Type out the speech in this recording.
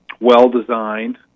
well-designed